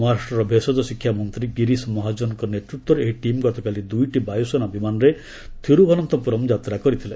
ମହାରାଷ୍ଟ୍ରର ଭେଷଜ ଶିକ୍ଷା ମନ୍ତ୍ରୀ ଗିରିଶ ମହାଜନଙ୍କ ନେତୃତ୍ୱରେ ଏହି ଟିମ୍ ଗତକାଲି ଦୁଇଟି ବାୟୁସେନା ବିମାନରେ ଥିରୁଭନନ୍ତପୁରମ୍ ଯାତ୍ରା କରିଥିଲେ